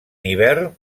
hivern